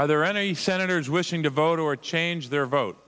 are there any senators wishing to vote or change their vote